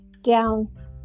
down